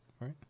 Right